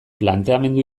planteamendu